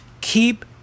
keep